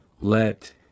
let